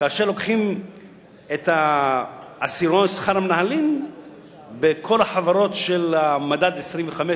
כאשר לוקחים את עשירון שכר המנהלים בכל החברות של המדד 25,